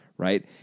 Right